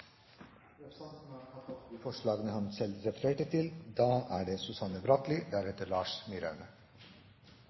Representanten Knut Arild Hareide har tatt opp de forslagene han selv refererte til. Belønningsordningen for kollektivtransport er